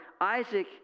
Isaac